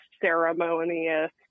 ceremonious